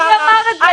מי אמר את זה?